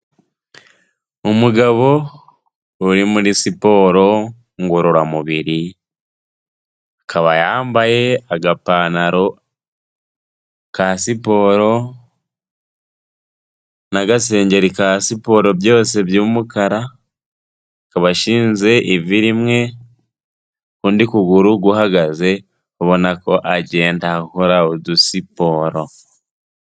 Umugabo uri muri siporo ngororamubiri, akaba yambaye agapantaro ka siporo n'agasengeri ka siporo byose by'umukara, akaba ashinze ivi rimwe, ukundi kuguru guhagaze ubona ko agenda akora udusiporo.